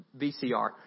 VCR